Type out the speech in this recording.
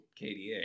KDA